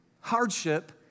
hardship